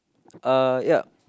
ah ya